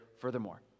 furthermore